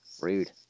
Rude